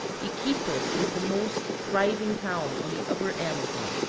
iquitos is the most thriving town on the upper amazon.